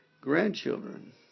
grandchildren